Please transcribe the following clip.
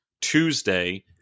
Tuesday